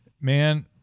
Man